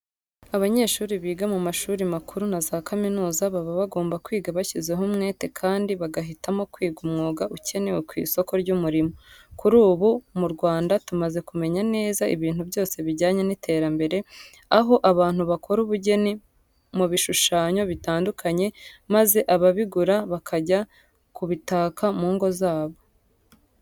Abanyeshuri biga mu mashuri makuru na za kaminuza baba bagomba kwiga bashyizeho umwete kandi bagahitamo kwiga umwuga ukenewe ku isoko ry'umurimo. Kuri ubu mu Rwanda tumaze kumenya neza ibintu byose bijyana n'iterambere aho abantu bakora ubugeni mu bishushanyo bitandukanye maze ababigura bakajya kubitaka mu ngo zabo.